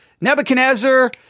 Nebuchadnezzar